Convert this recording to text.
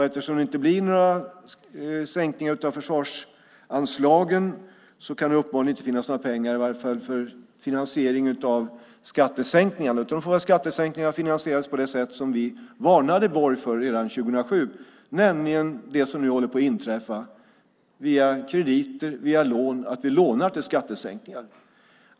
Eftersom det inte blir några sänkningar av försvarsanslagen kan det uppenbarligen inte finnas några pengar för finansiering av skattesänkningar. Då får väl skattesänkningarna finansieras på det sätt som vi varnade Borg för redan 2007, nämligen det som nu håller på att inträffa, via krediter och lån. Vi lånar till skattesänkningar.